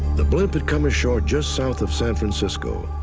the blimp had come ashore just south of san francisco.